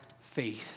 faith